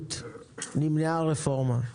התנהלות נמנעה רפורמה.